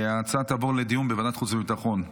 ההצעה תעבור לדיון בוועדת החוץ והביטחון.